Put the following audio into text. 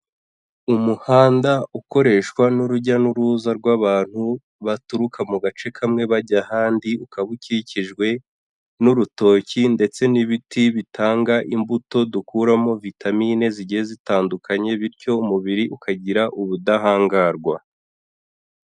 Umuhanda ukoreshwa n'urujya n'uruza rw'abantu, baturuka mu gace kamwe bajya ahandi, ukaba ukikijwe n'urutoki ndetse n'ibiti bitanga imbuto dukuramo vitamine zigiye zitandukanye. Bityo umubiri ukagira ubudahangarwa.